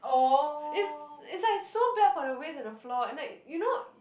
it's it's like so bad for the waist and the floor and like you know